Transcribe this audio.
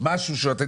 היום יום שלישי,